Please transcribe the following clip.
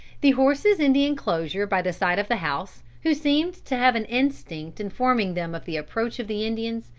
the horses in the enclosure by the side of the house, who seemed to have an instinct informing them of the approach of the indians,